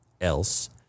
else